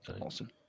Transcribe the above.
Awesome